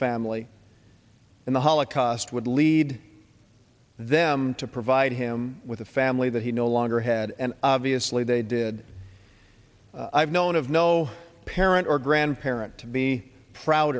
family in the holocaust would lead them to provide him with a family that he no longer had and obviously they did i've known of no parent or grandparent to be proud